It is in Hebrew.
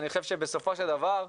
בסופו של דבר.